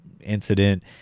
incident